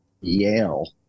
yale